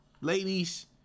Ladies